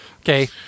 Okay